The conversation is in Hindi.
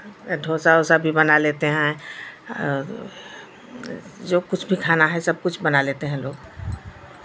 डोसा उसा भी बना लेते हैं और जो कुछ भी खाना है सब कुछ बना लेते हैं लोग